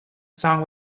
song